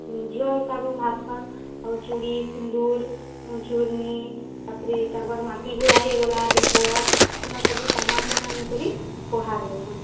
ଝିଅ ହିସାବ ଭାବ୍ସନ୍ ଆଉ ଚୁଡ଼ି ସିନ୍ଦୂର୍ ଚୂନରୀ ତା' ପରେ ତାଙ୍କର୍ ମାଟି ଘୋଡ଼ା ହେଇଗଲା ଦୀପ ଏନ୍ତା ସବୁ ସାମାନ୍ମାନେ ଆନିକରି ଉପହାର୍ ଦେସନ୍